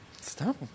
Stop